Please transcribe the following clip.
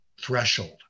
threshold